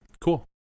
Cool